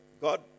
God